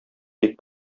тик